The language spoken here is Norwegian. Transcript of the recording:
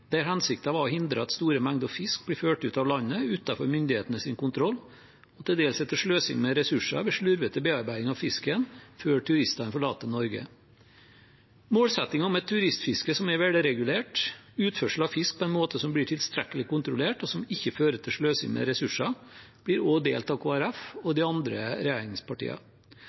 der hensikten var å hindre at store mengder fisk blir ført ut av landet – utenfor myndighetenes kontroll og til dels etter sløsing med ressurser ved slurvete bearbeiding av fisken før turistene forlater Norge. Målsettingen om et turistfiske som er velregulert, og utførsel av fisk på en måte som blir tilstrekkelig kontrollert, og som ikke fører til sløsing med ressurser, blir også delt av Kristelig Folkeparti og de andre